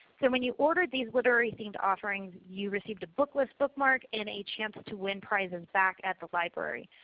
so when you ordered these literary themed offerings you received a book list, bookmark, and a chance to win prizes back at the library.